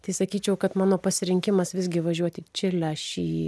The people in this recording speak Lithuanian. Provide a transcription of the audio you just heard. tai sakyčiau kad mano pasirinkimas visgi važiuoti į čilę šį